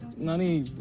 naani,